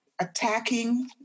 Attacking